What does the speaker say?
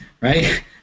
right